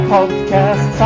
Podcast